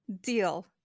Deal